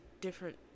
different